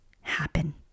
happen